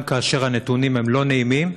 גם כאשר הנתונים הם לא נעימים,